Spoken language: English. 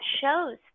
shows